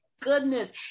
goodness